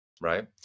Right